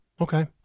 Okay